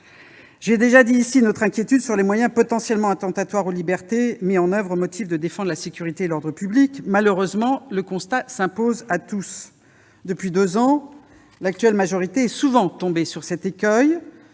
J'ai déjà exprimé notre inquiétude sur les moyens potentiellement attentatoires aux libertés mis en oeuvre au motif de défendre la sécurité et l'ordre public. Malheureusement, le constat s'impose à tous : depuis deux ans, l'actuelle majorité s'est fréquemment heurtée à cet écueil